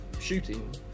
shooting